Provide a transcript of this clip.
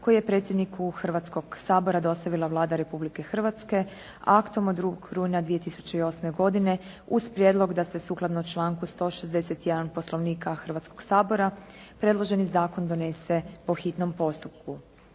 koji je predsjedniku Hrvatskog sabora dostavila Vlada Republike Hrvatske aktom od 2. rujna 2008. godine uz prijedlog da se sukladno članku 161. Poslovnika Hrvatskog sabora predloženi zakon donese po hitnom postupku.